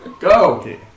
Go